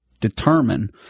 determine